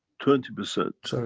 twenty percent